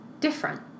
different